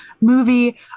movie